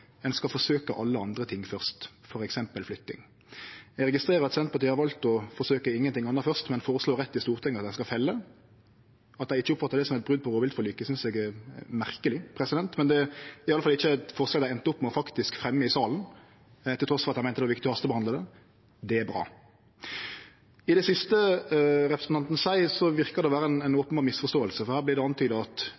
alle andre ting først, f.eks. flytting. Eg registrerer at Senterpartiet har valt å forsøkje ingenting anna først, men å føreslå direkte for Stortinget at ein skal felle. At dei ikkje oppfattar det som eit brot på rovviltforliket, synest eg er merkeleg, men det er i alle fall ikkje eit forslag dei enda opp med faktisk å fremje i salen, trass i at dei meinte det var viktig å hastebehandle det. Det er bra. I det siste representanten seier, verkar det å vere